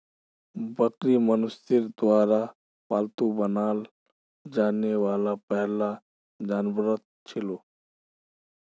बकरी मनुष्यर द्वारा पालतू बनाल जाने वाला पहला जानवरतत छिलो